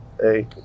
hey